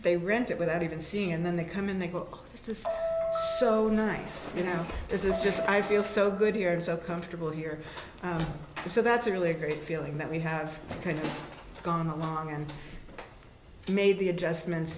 they rent it without even seeing and then they come in the book this is so nice you know this is just i feel so good here so comfortable here so that's a really great feeling that we have kind of gone along and made the adjustments